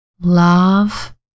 Love